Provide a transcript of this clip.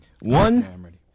One